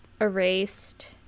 Erased